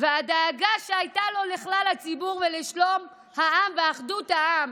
ואת הדאגה שהייתה לו לכלל הציבור ולשלום העם ולאחדות העם: